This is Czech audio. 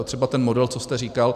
Třeba ten model, co jste říkal.